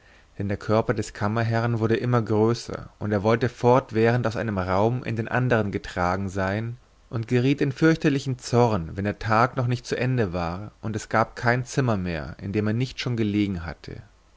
denn der körper des kammerherrn wurde immer größer und er wollte fortwährend aus einem raum in den anderen getragen sein und geriet in fürchterlichen zorn wenn der tag noch nicht zu ende war und es gab kein zimmer mehr in dem er nicht schon gelegen hatte